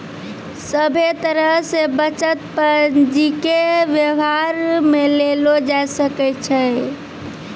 सभे तरह से बचत पंजीके वेवहार मे लेलो जाय सकै छै